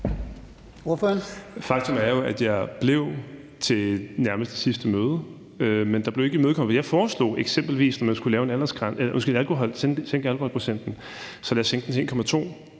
Faktum er jo, at jeg blev til nærmest det sidste møde, men det, jeg foreslog, blev ikke imødekommet. Jeg foreslog ekesmpelvis, at man skulle sænke alkoholprocenten, og så ville jeg sænke den til 1,2